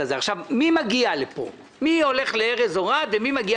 מי יהיו החברים בוועדה הקבועה.